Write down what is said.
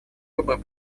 выбор